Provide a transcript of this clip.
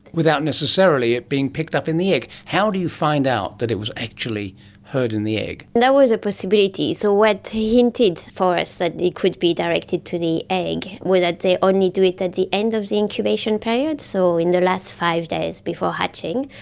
without necessarily it being picked up in the egg. how do you find out that it was actually heard in the egg? that was a possibility. so what hinted for us that it could be directed to the egg was that they only do it at the end of the incubation period, so in the last five days before hatching,